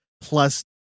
plus